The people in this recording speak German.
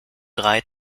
drei